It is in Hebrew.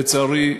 לצערי,